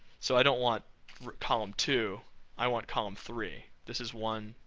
so i don't want column two i want column three. this is one,